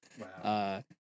Wow